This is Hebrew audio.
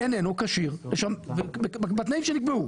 איננו כשיר בתנאים שנקבעו,